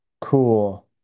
cool